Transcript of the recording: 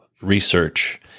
Research